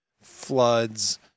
floods